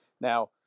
Now